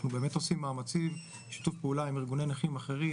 באמת עושים מאמצים בשיתוף פעולה עם ארגוני נכים אחרים,